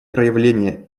проявления